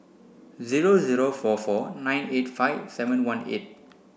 zero zero four four nine eight five seven one eight